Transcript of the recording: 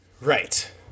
Right